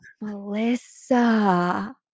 Melissa